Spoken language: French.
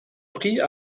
repris